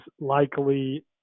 likely –